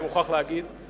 אני מוכרח להגיד,